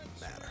matter